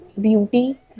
beauty